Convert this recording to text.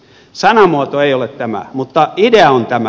sanamuoto ei ole tämä mutta idea on tämä